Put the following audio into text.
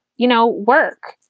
you know, work.